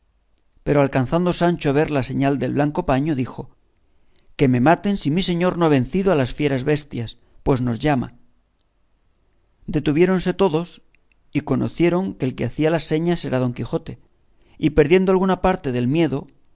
pero alcanzando sancho a ver la señal del blanco paño dijo que me maten si mi señor no ha vencido a las fieras bestias pues nos llama detuviéronse todos y conocieron que el que hacía las señas era don quijote y perdiendo alguna parte del miedo